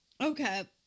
okay